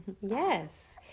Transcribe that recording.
Yes